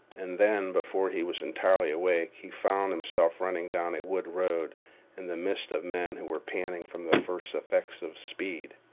and then, before he was entirely awake, he found himself running down a wood road in the midst of men who were panting from the first effects of speed.